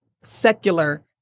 secular